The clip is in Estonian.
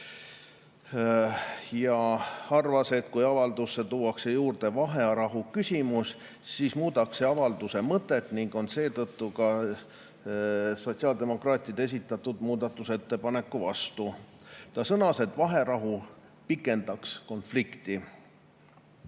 Ta arvas, et kui avaldusse tuuakse juurde vaherahuküsimus, siis muudaks see avalduse mõtet, ning oli seetõttu sotsiaaldemokraatide esitatud muudatusettepaneku vastu. Ta sõnas, et vaherahu pikendaks konflikti.